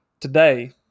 today